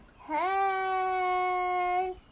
hey